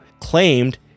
claimed